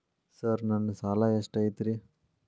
Sir ನನ್ನ ಸಾಲಾ ಎಷ್ಟು ಐತ್ರಿ?